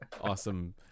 awesome